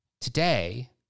Today